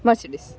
Mercedes